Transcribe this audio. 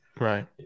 right